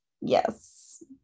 yes